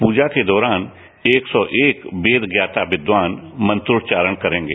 प्रजा के दौरान एक सौ एक वेद ज्ञाता विद्वान मंत्रोच्चारण करेंगे